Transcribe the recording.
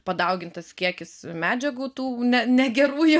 padaugintas kiekis medžiagų tų negerųjų